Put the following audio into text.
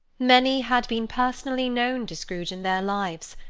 many had been personally known to scrooge in their lives.